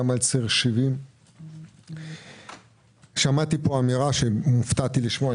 גם על ציר 70. שמעתי פה אמירה שהופתעתי לשמוע,